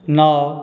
नओ